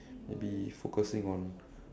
maybe focusing on